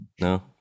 No